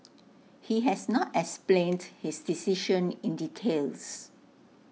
he has not explained his decision in details